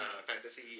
fantasy